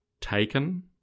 taken